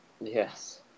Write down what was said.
Yes